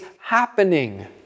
happening